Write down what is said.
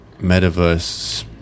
metaverse